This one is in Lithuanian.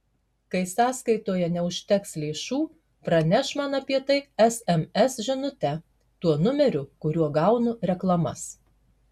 kai sąskaitoje neužteks lėšų praneš man apie tai sms žinute tuo numeriu kuriuo gaunu reklamas